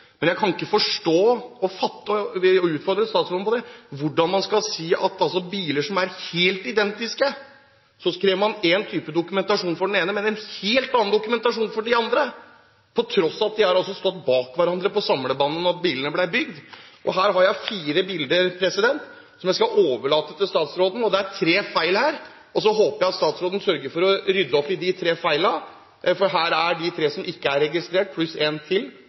men jeg kan ikke fatte og forstå – og jeg vil utfordre statsråden på det – hvordan man i forhold til biler som er helt identiske, krever én type dokumentasjon for den ene, men en helt annen type dokumentasjon for den andre, på tross av at bilene har stått bak hverandre på samlebåndet da de ble bygd. Her har jeg fire bilder som jeg skal overlate til statsråden. Det er tre feil her. Så håper jeg at statsråden sørger for å rydde opp i de tre feilene, for her er de tre som ikke er registrert, pluss en til.